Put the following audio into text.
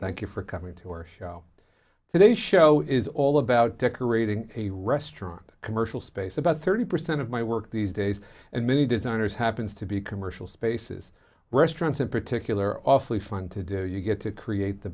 thank you for coming to our show today show is all about decorating a restaurant commercial space about thirty percent of my work these days and many designers happens to be commercial spaces restaurants in particular are awfully fun to do you get to create the